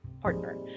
partner